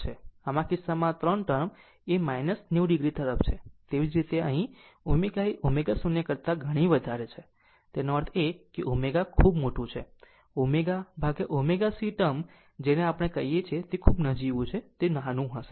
આમ આ કિસ્સામાં 3 ટર્મ એ 90 o તરફ છે તેવી જ રીતે અહીં ωએ ω0 કરતા ઘણી વધારે છે આનો અર્થ એ કે આ સાથે ω ખૂબ મોટું છે આ ω ω C ટર્મ જેને આપણે કહીએ છીએ તે નજીવું છે તે ખૂબ નાનું હશે